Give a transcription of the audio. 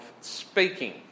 speaking